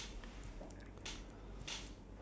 maybe that one soon lah ya I'm like